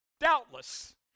doubtless